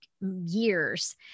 years